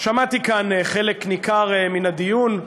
שמעתי כאן חלק ניכר מן הדיון,